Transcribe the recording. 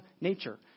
nature